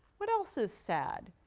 what else is sad?